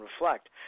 reflect